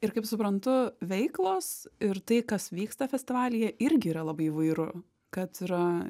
ir kaip suprantu veiklos ir tai kas vyksta festivalyje irgi yra labai įvairu kad yra